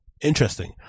Interesting